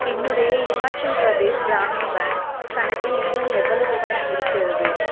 என்னுடைய ஹிமாச்சல் பிரதேஸ் கிராமின் பேங்க் கணக்கில் இன்னும் எவ்வளவு பணம் இருக்கிறது